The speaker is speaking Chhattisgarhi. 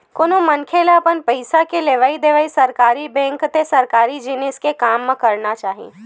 कोनो मनखे ल अपन पइसा के लेवइ देवइ सरकारी बेंक ते सरकारी जिनिस के काम म करना चाही